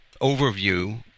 overview